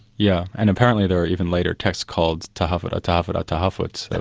yeah and apparently there are even later texts called tahafut al-tahafut al-tahafut, and